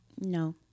No